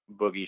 Boogie